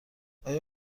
آیا